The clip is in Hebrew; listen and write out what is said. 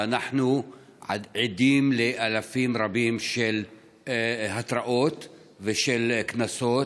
ואנחנו עדים לאלפים רבים של התראות ושל קנסות,